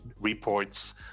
reports